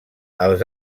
als